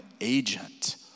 agent